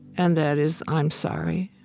and that is, i'm sorry.